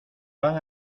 van